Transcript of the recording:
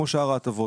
כמו שאר ההטבות,